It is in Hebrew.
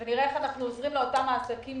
ונראה איך אנחנו עוזרים לאותם עסקים